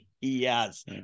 Yes